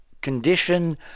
condition